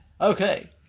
Okay